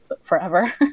forever